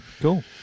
Cool